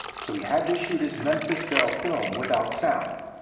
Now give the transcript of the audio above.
so he had to shoot his memphis belle film without sound.